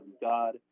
God